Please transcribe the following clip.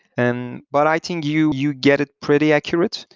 and but i think you you get it pretty accurate.